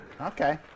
Okay